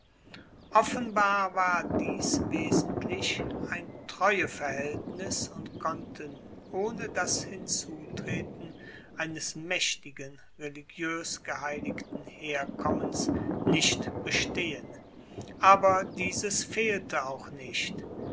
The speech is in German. offenbar war dies wesentlich ein treueverhaeltnis und konnte ohne das hinzutreten eines maechtigen religioes geheiligten herkommens nicht bestehen aber dieses fehlte auch nicht